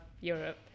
Europe